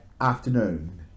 afternoon